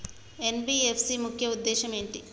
NBFC ముఖ్య ఉద్దేశం ఏంటి?